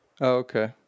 Okay